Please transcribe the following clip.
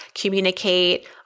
communicate